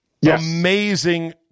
Amazing